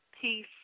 peace